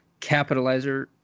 capitalizer